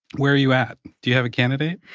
where are you at? do you have a candidate?